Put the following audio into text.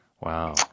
wow